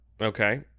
Okay